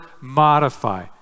modify